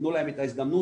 תנו להם את ההזדמנות,